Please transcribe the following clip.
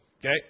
Okay